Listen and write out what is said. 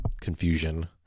confusion